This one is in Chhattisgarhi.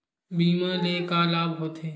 बीमा ले का लाभ होथे?